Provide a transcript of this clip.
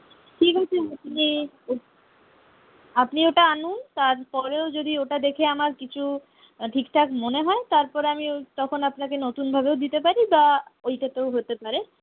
ঠিক আছে আপনি আপনি ওটা আনুন তারপরেও যদি ওটা দেখে আমার কিছু ঠিকঠাক মনে হয় তারপরে আমি তখন আপনাকে নতুনভাবেও দিতে পারি বা ওইটাতেও হতে পারে